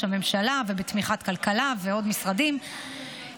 הממשלה ובתמיכת משרד הכלכלה ועוד משרדים,